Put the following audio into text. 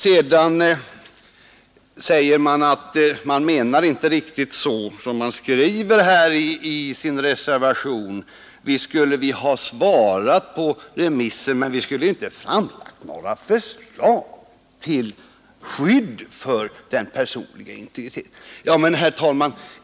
Reservanterna säger att de inte riktigt menar så som de skriver i sin reservation. Visst skulle utredningen ha svarat på remissen, men vi borde inte ha framlagt några förslag till skydd för den personliga integriteten, säger man.